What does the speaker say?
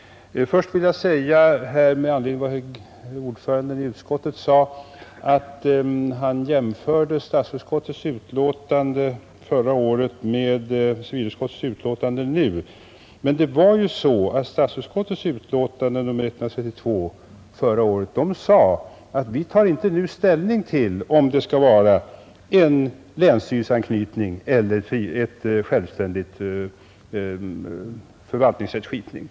Utskottets ordförande jämförde statsutskottets utlåtande förra året med civilutskottets nu föreliggande betänkande. Förra året hette det att man inte skulle ta ställning till om det bör vara länsstyrelseanknytning eller självständig förvaltningsrättskipning.